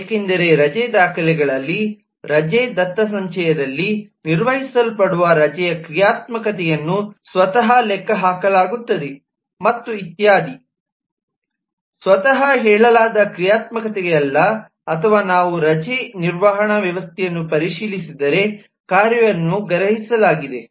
ಏಕೆಂದರೆ ರಜೆ ದಾಖಲೆಗಳಲ್ಲಿ ರಜೆ ದತ್ತಸಂಚಯದಲ್ಲಿ ನಿರ್ವಹಿಸಲ್ಪಡುವ ರಜೆಯ ಕ್ರಿಯಾತ್ಮಕತೆಯನ್ನು ಸ್ವತಃ ಲೆಕ್ಕಹಾಕಲಾಗುತ್ತದೆ ಮತ್ತು ಇತ್ಯಾದಿ ಸ್ವತಃ ಹೇಳಲಾದ ಕ್ರಿಯಾತ್ಮಕತೆಯಲ್ಲ ಅಥವಾ ನಾವು ರಜೆ ನಿರ್ವಹಣಾ ವ್ಯವಸ್ಥೆಯನ್ನು ಪರಿಶೀಲಿಸಿದರೆ ಕಾರ್ಯವನ್ನು ಗ್ರಹಿಸಲಾಗಿದೆ